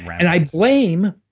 and i blame,